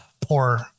poor